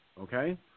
okay